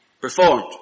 performed